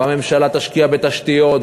והממשלה תשקיע בתשתיות,